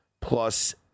plus